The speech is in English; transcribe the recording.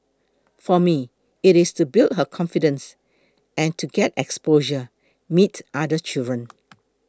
for me it is to build her confidence and to get exposure meet other children